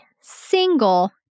single